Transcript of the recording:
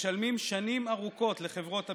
משלמים שנים ארוכות לחברות הביטוח,